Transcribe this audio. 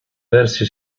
versi